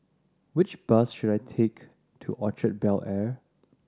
which bus should I take to Orchard Bel Air